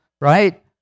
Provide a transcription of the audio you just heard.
right